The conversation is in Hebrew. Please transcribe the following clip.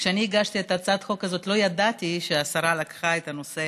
כשאני הגשתי את הצעת החוק הזאת לא ידעתי שהשרה לקחה את הנושא